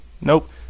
nope